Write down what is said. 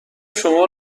شما